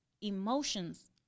emotions